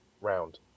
round